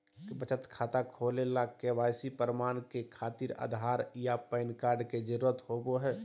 बचत खाता खोले ला के.वाइ.सी प्रमाण के खातिर आधार आ पैन कार्ड के जरुरत होबो हइ